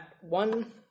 one